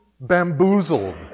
bamboozled